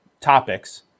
topics